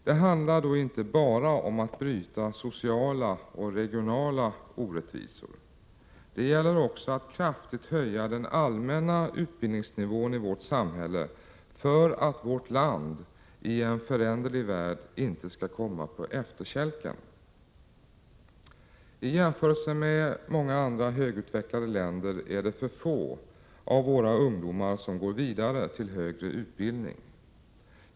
Det handlar inte bara om att bryta sociala och regionala orättvisor. Det gäller också att kraftigt höja den allmänna utbildningsnivån i vårt samhälle för att vårt land i en föränderlig värld inte skall komma på efterkälken. Jämfört med i många andra högutvecklade länder är det för få av våra ungdomar som går vidare till högre utbildning.